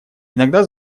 иногда